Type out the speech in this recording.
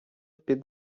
під